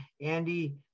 Andy